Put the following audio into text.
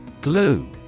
Glue